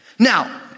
Now